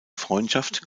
freundschaft